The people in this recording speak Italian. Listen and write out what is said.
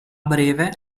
breve